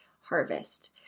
harvest